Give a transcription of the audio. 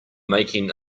making